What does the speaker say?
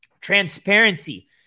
Transparency